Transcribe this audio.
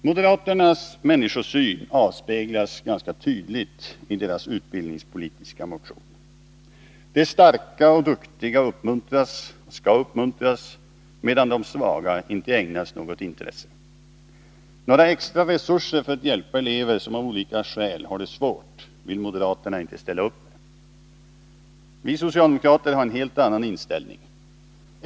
Moderaternas människosyn avspeglas ganska tydligt i deras utbildningspolitiska motion. De starka och duktiga skall uppmuntras, medan de svaga inte ägnas något intresse. Några extra resurser för att hjälpa elever som av olika skäl har det svårt vill moderaterna inte ställa upp med. Vi socialdemokrater har en helt annan inställning.